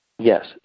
Yes